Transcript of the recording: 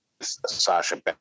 Sasha